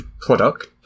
product